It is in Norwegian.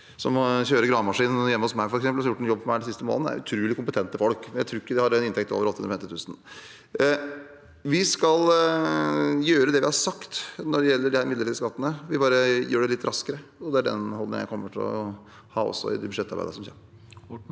som kjører gravemaskin hjemme hos meg, f.eks., som har gjort en jobb for meg den siste måneden, er utrolig kompetente folk, men jeg tror ikke de har en inntekt over 850 000 kr. Vi skal gjøre det vi har sagt når det gjelder de midlertidige skattene, vi bare gjør det litt raskere, og det er den holdningen jeg kommer til å ha også i det budsjettarbeidet som kommer.